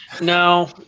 no